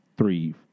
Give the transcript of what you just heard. Three